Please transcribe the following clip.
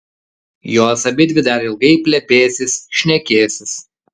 jos abidvi dar ilgai plepėsis šnekėsis